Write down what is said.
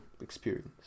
experience